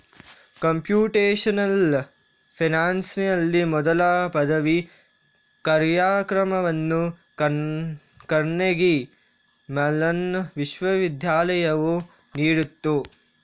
computational ಫೈನಾನ್ಸಿನಲ್ಲಿ ಮೊದಲ ಪದವಿ ಕಾರ್ಯಕ್ರಮವನ್ನು ಕಾರ್ನೆಗೀ ಮೆಲಾನ್ ವಿಶ್ವವಿದ್ಯಾಲಯವು ನೀಡಿತು